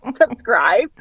subscribe